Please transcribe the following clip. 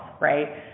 right